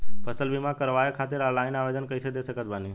फसल बीमा करवाए खातिर ऑनलाइन आवेदन कइसे दे सकत बानी?